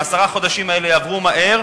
עשרת החודשים האלה יעברו מהר,